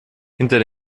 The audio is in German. hinter